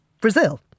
Brazil